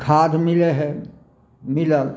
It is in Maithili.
खाद्य मिलै है मिलल